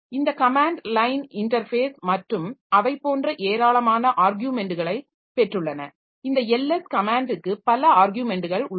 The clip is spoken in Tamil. இந்த கமேன்ட் லைன் இன்டர்ஃபேஸ் மற்றும் அவை போன்ற ஏராளமான ஆர்க்யுமென்ட்களை பெற்றுள்ளன இந்த ls கமேன்ட்க்கு பல ஆர்க்யுமென்ட்கள் உள்ளன